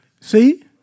See